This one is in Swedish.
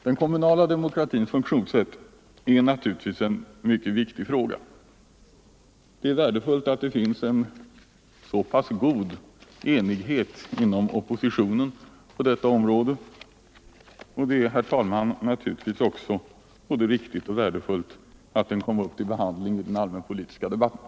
Den kommunala demokratins funktionssätt är naturligtvis ett mycket viktigt spörsmål. Det är värdefullt att det finns en så pass god enighet inom oppositionen som det finns på detta område, och det är, herr talman, naturligtvis också både viktigt och värdefullt att frågan kom upp till behandling i den allmänpolitiska debatten.